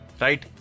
Right